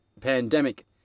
pandemic